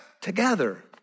Together